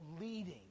leading